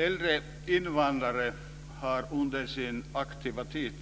Äldre invandrare har under sin aktiva tid